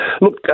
Look